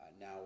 now